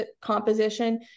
composition